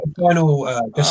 final